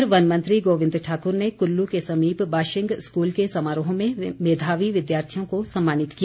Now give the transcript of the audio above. उधर वन मंत्री गोविंद ठाकुर ने कुल्लू के समीप बाशिंग स्कूल के समारोह में मेधावी विद्यार्थियों को सम्मानित किया